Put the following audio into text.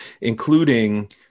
including